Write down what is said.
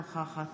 אינה נוכחת